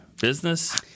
Business